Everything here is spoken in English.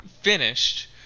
finished